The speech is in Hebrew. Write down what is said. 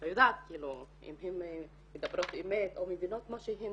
לא יודעת אם הן מדברות אמת או מבינות מה שהן